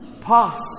pass